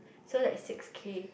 so that's six K